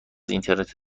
اینترنت